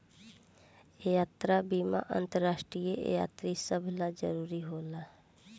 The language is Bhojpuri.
यात्रा बीमा अंतरराष्ट्रीय यात्री सभ ला जरुरी होला